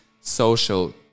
social